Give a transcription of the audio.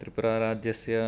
त्रिपुराराज्यस्य